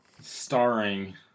starring